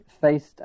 faced